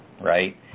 right